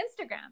Instagram